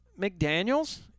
McDaniels